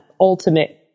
ultimate